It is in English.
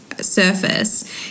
surface